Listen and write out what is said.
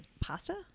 pasta